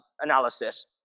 analysis